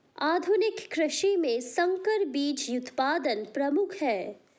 आधुनिक कृषि में संकर बीज उत्पादन प्रमुख है